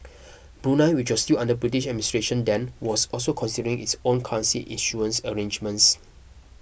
Brunei which was still under British administration then was also considering its own currency issuance arrangements